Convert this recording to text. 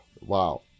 wow